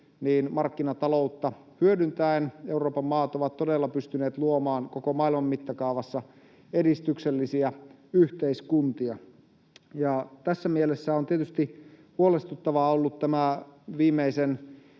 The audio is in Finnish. niin markkinataloutta hyödyntäen Euroopan maat ovat todella pystyneet luomaan koko maailman mittakaavassa edistyksellisiä yhteiskuntia. Tässä mielessä on tietysti huolestuttavaa ollut tämä viimeisen